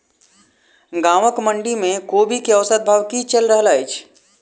गाँवक मंडी मे कोबी केँ औसत भाव की चलि रहल अछि?